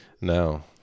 No